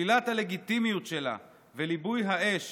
שלילת הלגיטימיות שלה וליבוי האש